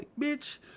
Bitch